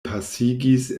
pasigis